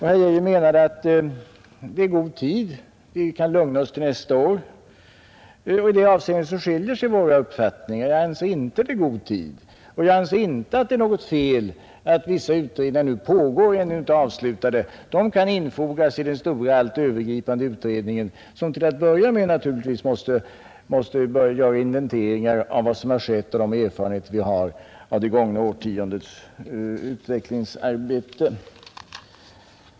Herr Geijer menade att det är god tid och att vi kan lugna oss till nästa år. Även i det avseendet skiljer sig våra uppfattningar. Jag anser inte att det är god tid, och jag anser inte att det är något hinder att vissa utredningar pågår och ännu inte är avslutade. De kan infogas i den stora och allt övergripande utredningen, som till att börja med naturligtvis måste göra inventeringar av vad som skett och av de erfarenheter vi har fått av det gångna årtiondets utvecklingsarbete.